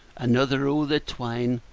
another o' the twine,